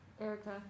Erica